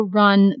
run